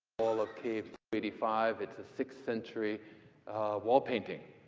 wall of caves. eighty five. it's a sixth-century wall painting.